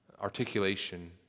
articulation